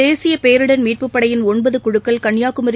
தேசியபேரிடர் மீட்புப் படையின் ஒன்பதுகுழுக்கள் கன்னியாகுமரி